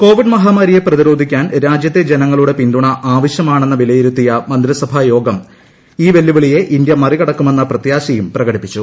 Covid മഹാമാരിയെ പ്രതിരോധിക്കാൻ രാജൃത്തെ ജനങ്ങളുടെ പിന്തുണ ആവശ്യമാണെന്ന് വിലയിരുത്തിയ മന്ത്രിസഭാ യോഗം ഈ വെല്ലുവിളിയെ ഇന്ത്യ മറികടക്കുമെന്ന് പ്രത്യാശ പ്രകടിപ്പിച്ചു